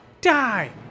die